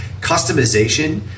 customization